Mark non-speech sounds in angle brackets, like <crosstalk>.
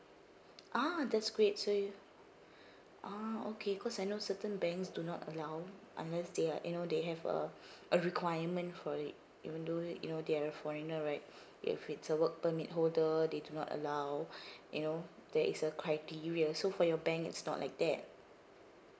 ah that's great so you ah okay cause I know certain banks do not allow unless they uh you know they have a <breath> a requirement for it even though you know they're foreigner right <breath> if it's a work permit holder they do not allow <breath> you know there is a criteria so for your bank it's not like that